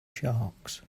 sharks